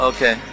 Okay